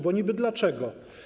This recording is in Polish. Bo niby dlaczego?